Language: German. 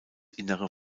innere